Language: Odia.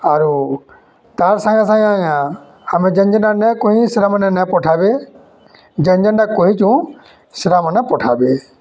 ଆରୁ ତା'ର୍ ସାଙ୍ଗେ ସାଙ୍ଗେ ଆଜ୍ଞା ଆମେ ଯେନ୍ ଯେନ୍ଟା ନାଇ କହି ସେଟାମାନେ ନାଇ ପଠାବେ ଯେନ୍ ଯେନ୍ଟା କହିଛୁଁ ସେଟାମାନେ ପଠାବେ